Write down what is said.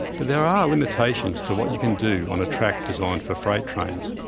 but there are limitations to what you can do on a track designed for freight trains.